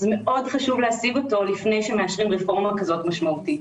מאוד חשוב להשיג אותו לפני שמאשרים רפורמה כזאת משמעותית.